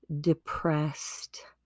depressed